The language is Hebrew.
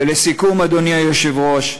ולסיכום, אדוני היושב-ראש,